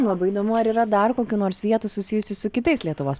labai įdomu ar yra dar kokių nors vietų susijusių su kitais lietuvos